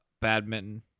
badminton